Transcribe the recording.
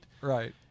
Right